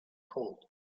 cold